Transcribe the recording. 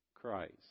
Christ